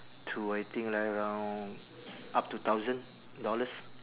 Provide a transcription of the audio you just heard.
to I think like around up to thousand dollars